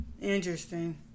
interesting